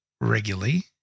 regularly